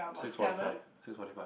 six forty five six forty five